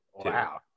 Wow